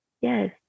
Yes